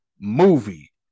movie